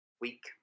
week